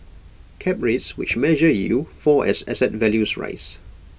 cap rates which measure yield fall as asset values rise